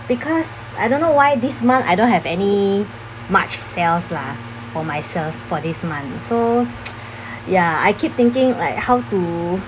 because I don't know why this month I don't have any much sales lah for myself for this month so ya I keep thinking like how to